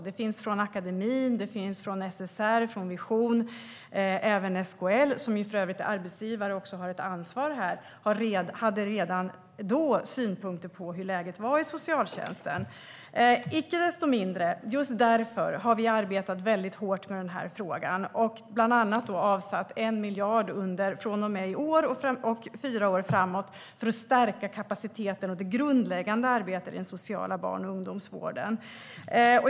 Det finns från akademin, från SSR, från Vision och även från SKL, som för övrigt som arbetsgivare också har ett ansvar här. De hade redan då synpunkter på hur läget var i socialtjänsten. Icke desto mindre har vi just därför arbetat mycket hårt med denna fråga. Vi har bland annat avsatt 1 miljard från och med i år och fyra år framåt för att stärka kapaciteten och det grundläggande arbetet i den sociala barn och ungdomsvården.